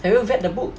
have you read the book